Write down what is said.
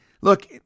Look